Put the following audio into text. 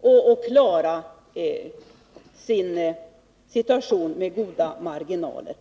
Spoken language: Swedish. och klara sin situation med goda marginaler.